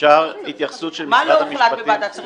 --- מה לא הוחלט בוועדת שרים לחקיקה?